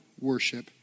worship